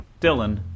Dylan